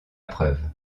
preuve